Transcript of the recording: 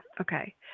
Okay